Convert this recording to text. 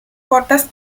cortas